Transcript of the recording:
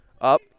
up